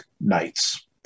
nights